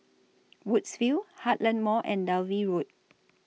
Woodsville Heartland Mall and Dalvey Road